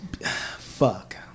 fuck